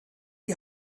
die